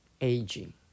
aging